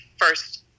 first